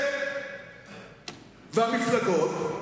והמפלגות,